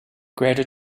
greater